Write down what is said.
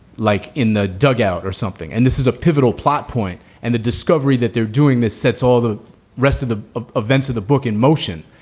like in the dugout or something. and this is a pivotal plot point. and the discovery that they're doing this sets all the rest of the events of the book in motion.